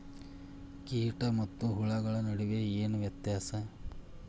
ಕೇಟ ಮತ್ತು ಹುಳುಗಳ ನಡುವೆ ಏನ್ ವ್ಯತ್ಯಾಸ?